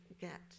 get